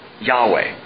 Yahweh